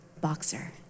boxer